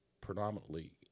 predominantly